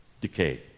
Decay